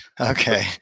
Okay